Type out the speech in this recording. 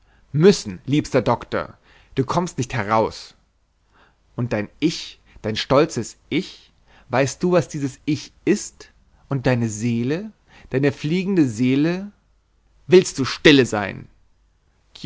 müssen liebster doktor du kommst nicht heraus und dein ich dein stolzes ich weißt du was dieses ich ist und deine seele deine fliegende seele willst du stille sein